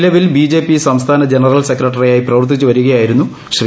നിലവിൽ ബിജെപി സംസ്ഥാന ജനറൽ സെക്രട്ടറിയായി പ്രവർത്തിച്ച് വരികയായിരുന്നു ശ്രീ